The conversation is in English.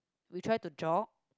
we try to jog